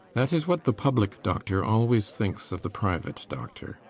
that is what the public doctor always thinks of the private doctor.